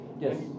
Yes